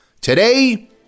Today